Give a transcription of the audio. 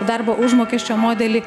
darbo užmokesčio modelį